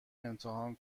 امتحان